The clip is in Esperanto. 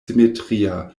simetria